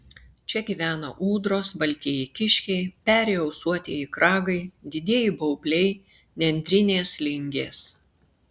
čia gyvena ūdros baltieji kiškiai peri ausuotieji kragai didieji baubliai nendrinės lingės